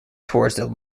towards